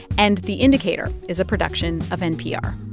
and the indicator is a production of npr